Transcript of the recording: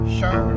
show